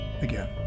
again